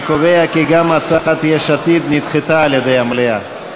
אני קובע כי גם הצעת יש עתיד נדחתה על-ידי המליאה.